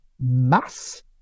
mass